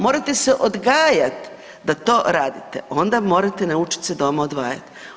Morate se odgajati da to radite, onda morate naučiti se doma odvajati.